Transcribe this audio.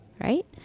right